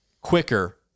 quicker